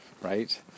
right